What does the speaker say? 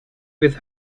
with